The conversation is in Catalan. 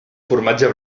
formatge